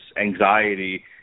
anxiety